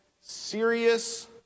serious